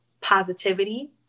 positivity